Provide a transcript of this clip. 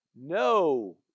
No